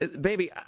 baby